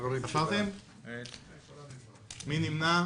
מי נמנע?